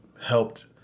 helped